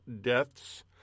deaths